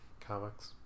Comics